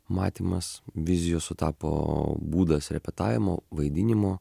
matymas vizijos sutapo būdas repetavimo vaidinimo